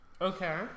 Okay